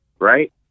Right